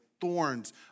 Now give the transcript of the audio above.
thorns